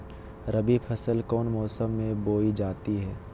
रबी फसल कौन मौसम में बोई जाती है?